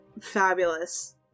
fabulous